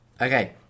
Okay